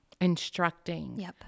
instructing